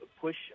push